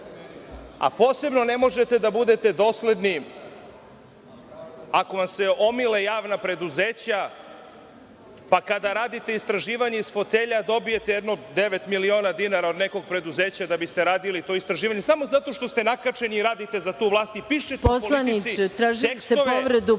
a posebno ne možete da budete dosledni ako vam se omile javna preduzeća, pa kada radite istraživanje iz fotelja dobijete jedno devet miliona dinara od nekog preduzeća da biste radili to istraživanje, samo zato što ste nakačeni i radite za tu vlast i pišete u „Politici“ tekstove…